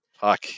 fuck